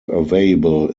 available